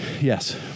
Yes